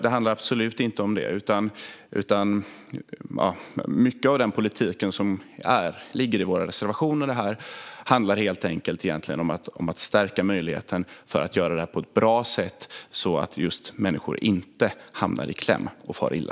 Det handlar absolut inte om det, utan mycket av den politik som finns i våra reservationer handlar egentligen helt enkelt om att stärka möjligheten att göra detta på ett bra sätt just för att människor inte ska hamna i kläm och fara illa.